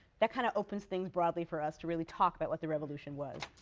that kind of opens things broadly for us to really talk about what the revolution was.